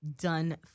done